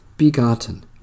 Begotten